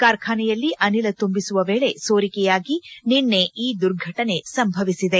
ಕಾರ್ಖಾನೆಯಲ್ಲಿ ಅನಿಲ ತುಂಬಿಸುವ ವೇಳೆ ಸೋರಿಕೆಯಾಗಿ ನಿನ್ನೆ ಈ ದುರ್ಘಟನೆ ಸಂಭವಿಸಿದೆ